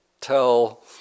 tell